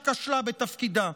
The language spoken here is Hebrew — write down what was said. שכשלה בתפקידה.